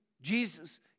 Jesus